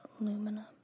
aluminum